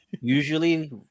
Usually